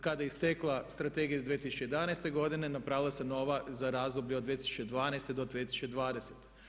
Kada je istekla strategija 2011. godine napravila se nova za razdoblje od 2012. do 2020.